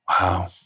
Wow